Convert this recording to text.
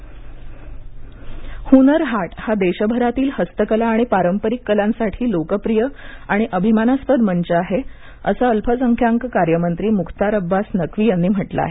हुनर हाट हुनर हाट हा देशभरातील हस्तकला आणि पारंपरिक कलांसाठी लोकप्रिय आणि अभिमानास्पद मंच आहे असं अल्पसंख्यांक कार्य मंत्री मुखतार अब्बास नकवी यानी म्हटलं आहे